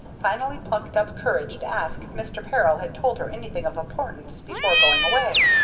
finally plucked up courage to ask if mr. peril had told her anything of importance before going away.